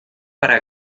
para